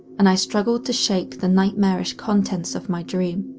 and i struggled to shake the nightmarish contents of my dream.